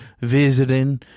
visiting